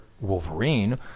Wolverine